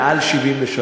מעל 73,